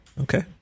Okay